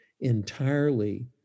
entirely